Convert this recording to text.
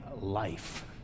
life